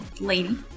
Lady